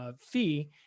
fee